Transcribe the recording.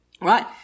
right